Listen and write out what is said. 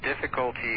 difficulty